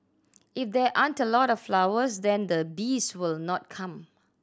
if there aren't a lot of flowers then the bees will not come